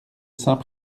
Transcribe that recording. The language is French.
saint